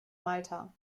malta